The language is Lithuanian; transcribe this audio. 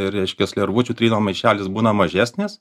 reiškias lervučių trynio maišelis būna mažesnės